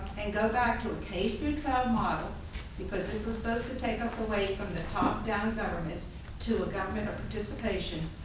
and go back to a k through twelve model because this was supposed to take us away from a top down government to a government of participation,